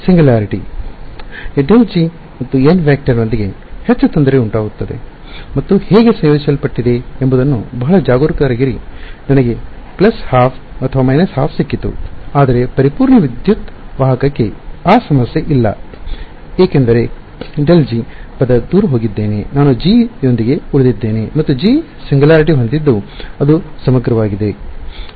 singularity ∇g · nˆ ನೊಂದಿಗೆ ಹೆಚ್ಚು ತೊಂದರೆ ಉಂಟುಮಾಡುತ್ತದೆ ಮತ್ತು ಹೇಗೆ ಸಂಯೋಜಿಸಲ್ಪಟ್ಟಿದೆಇಂಟಿಗ್ರೇಟೆಡ್ ಎಂಬುದನ್ನು ಬಹಳ ಜಾಗರೂಕರಾಗಿರಿ ನನಗೆ 12 ಅಥವಾ 12 ಸಿಕ್ಕಿತು ಆದರೆ ಪರಿಪೂರ್ಣ ವಿದ್ಯುತ್ ವಾಹಕಕ್ಕೆ ಆ ಸಮಸ್ಯೆ ಇಲ್ಲ ಏಕೆಂದರೆ ∇g ಪದ ದೂರ ಹೋಗಿದ್ದೇನೆ ನಾನು g ಯೊಂದಿಗೆ ಉಳಿದಿದ್ದೇನೆ ಮತ್ತು g ಸಿಂಗುಲಾರಿಟಿ ಹೊಂದಿದ್ದು ಅದು ಸಮಗ್ರವಾಗಿದೆ